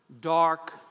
dark